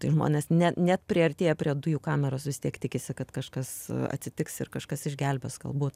tai žmonės ne net priartėję prie dujų kameros vis tiek tikisi kad kažkas atsitiks ir kažkas išgelbės galbūt